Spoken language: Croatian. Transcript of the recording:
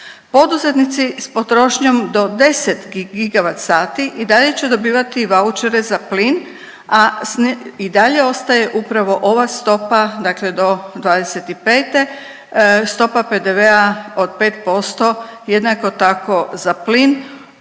Poduzetnici s potrošnjom do 10 GWh i dalje će dobivati vaučere za plin, a i dalje ostaje upravo ova stopa, dakle do '25. stopa PDV-a od 5%, jednako tako za plin